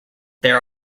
there